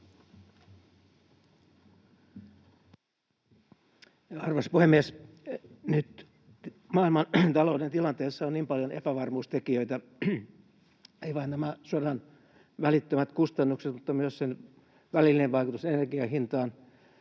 Arvoisa puhemies! Nyt maailmantalouden tilanteessa on niin paljon epävarmuustekijöitä — ei vain nämä sodan välittömät kustannukset, mutta myös sen välillinen vaikutus energian hintaan